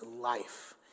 life